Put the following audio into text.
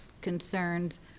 concerns